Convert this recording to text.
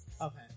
Okay